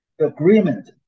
agreement